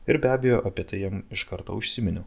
ir be abejo apie tai jam iš karto užsiminiau